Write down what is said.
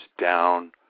down